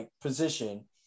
position